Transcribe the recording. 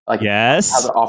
Yes